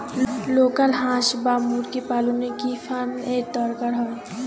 Local হাস বা মুরগি পালনে কি ফার্ম এর দরকার হয়?